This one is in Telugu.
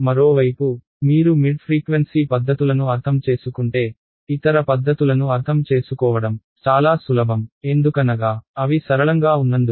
మరోవైపు మీరు మిడ్ ఫ్రీక్వెన్సీ పద్ధతులను అర్థం చేసుకుంటే ఇతర పద్ధతులను అర్థం చేసుకోవడం చాలా సులభం ఎందుకనగా అవి సరళంగా ఉన్నందున